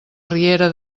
riera